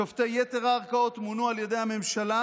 שופטי יתר הערכאות מונו על ידי הממשלה,